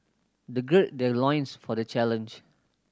they gird their loins for the challenge